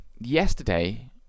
yesterday